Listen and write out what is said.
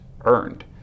earned